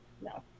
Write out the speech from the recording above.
No